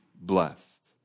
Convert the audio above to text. blessed